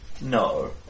No